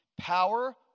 Power